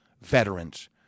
veterans